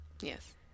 Yes